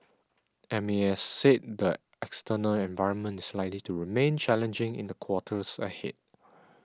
M A S said the external environment is likely to remain challenging in the quarters ahead